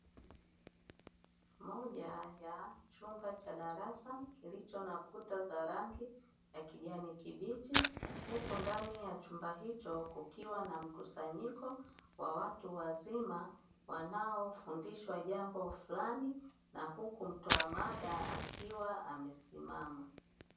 Moja ya chumba cha darasa, kilicho na kuta za rangi ya kijani kibichi, huku ndani ya chumba hicho kukiwa na mkusanyiko wa watu wazima wanaofundishwa jambo fulani. Na huku mtoa mada akiwa amesimama.